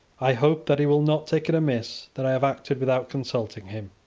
i hope that he will not take it amiss that i have acted without consulting him.